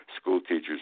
schoolteachers